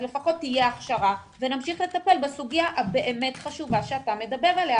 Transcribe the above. אז לפחות תהיה הכשרה ונמשיך לטפל בסוגיה החשובה מאוד שאתה מדבר עליה.